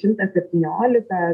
šimtas septyniolika